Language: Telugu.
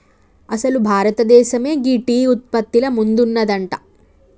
అసలు భారతదేసమే గీ టీ ఉత్పత్తిల ముందున్నదంట